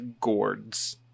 gourds